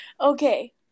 Okay